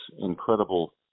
incredible